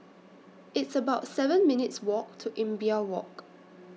It's about seven minutes' Walk to Imbiah Walk